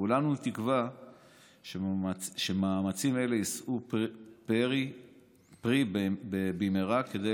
כולנו תקווה שמאמצים אלה יישאו פרי במהרה כדי